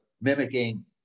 mimicking